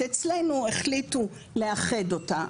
שאצלנו החליטו לאחד אותה,